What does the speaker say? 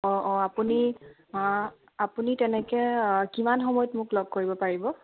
অঁ অঁ আপুনি আপুনি তেনেকৈ কিমান সময়ত মোক লগ কৰিব পাৰিব